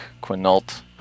Quinault